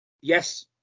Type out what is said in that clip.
Yes